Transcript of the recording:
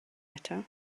eto